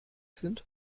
sind